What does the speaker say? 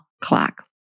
clock